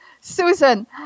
Susan